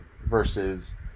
versus